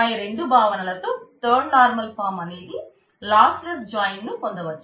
పై రెండు భావనలతో third normal form అనేది లాస్లెస్ జాయిన్ను పొందవచ్చు